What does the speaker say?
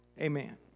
Amen